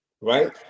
right